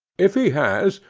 if he has,